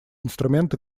инструменты